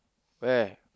where